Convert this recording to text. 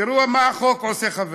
תראו מה החוק עושה, חברים.